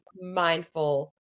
mindful